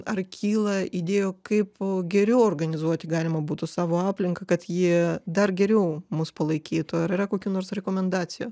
ar kyla įdėjų kaip geriau organizuoti galima būtų savo aplinką kad ji dar geriau mus palaikytų ar yra kokių nors rekomendacijų